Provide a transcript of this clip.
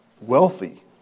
wealthy